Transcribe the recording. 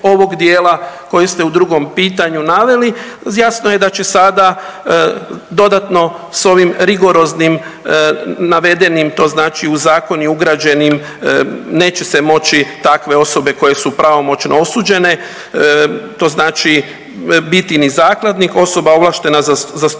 ovog dijela koji ste u drugom pitanju naveli, jasno je da će sada dodatno s ovim rigoroznim navedenim to znači u zakon i ugrađenim neće se moći takve osobe koje su pravomoćno osuđene to znači biti ni zakladnik, osoba ovlaštena za zastupanje